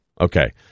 Okay